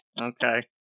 Okay